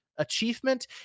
achievement